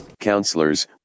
counselors